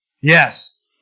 Yes